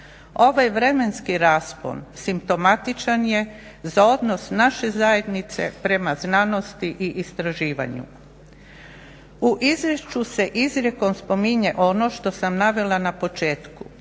Ovaj vremenski raspon simptomatičan je za odnos naše zajednice prema znanosti i istraživanju. U izvješću se izrijekom spominje ono što sam navela na početku,